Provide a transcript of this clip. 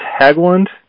Haglund